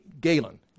Galen